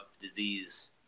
disease